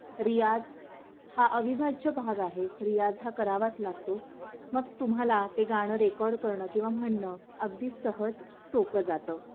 रियाज हा अविभाज्य भाग आहे रियाज हा करावाच लागतो मग तुम्हाला ते गाणं रेकॉर्ड करणं किंवा म्हणणं अगदी सहज सोपं जातं